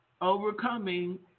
overcoming